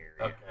Okay